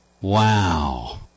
Wow